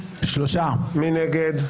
מי נגד?